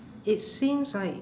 it seems like